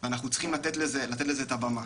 אנחנו צריכים לתת לזה את הבמה.